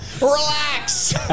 relax